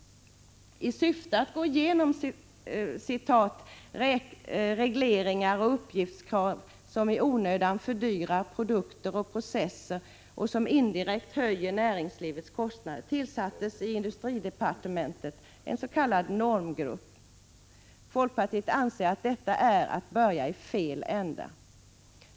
I syfte att gå igenom ”regleringar och uppgiftskrav som i onödan fördyrar produkter och processer och som indirekt höjer näringslivets kostnader” tillsattes i industridepartementet en s.k. normgrupp. Folkpartiet anser att detta är att börja i fel ände.